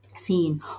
Seen